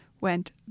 went